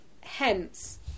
hence